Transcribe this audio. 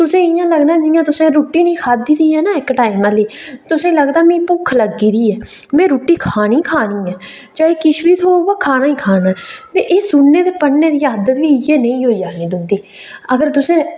तुसें गी इ'यां लग्गना कि रुट्टी नेंई खाद्धी दी ऐ इक टाइम आह्ली तुसें लगदा मिगी भुक्ख लगी दी ऐ में रुट्टी खानी गै खानी ऐ चाहे किश बी थ्होग एह् सुनने ते पढ़ने दी आदत बी इयै जेही होई जंदी अगर तुसें